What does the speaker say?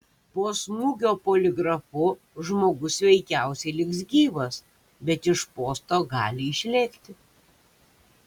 po smūgio poligrafu žmogus veikiausiai liks gyvas bet iš posto gali išlėkti